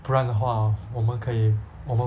不然的话我们可以我们